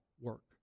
work